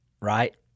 right